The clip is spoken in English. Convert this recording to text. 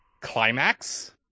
Climax